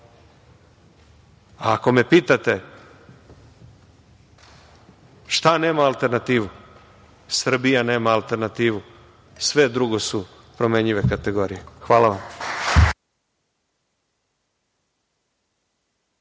ako me pitate – šta nema alternativu, Srbija nema alternativu. Sve drugo su promenjive kategorije. Hvala vam.